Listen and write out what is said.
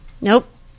Nope